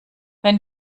wenn